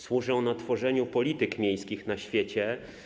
Służy ona tworzeniu polityk miejskich na świecie.